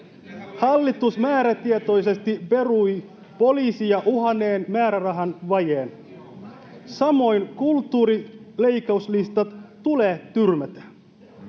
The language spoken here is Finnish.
Hallitus määrätietoisesti perui poliisia uhanneen määrärahavajeen. Samoin kulttuurileikkauslistat tulee tyrmätä.